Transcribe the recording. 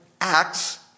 acts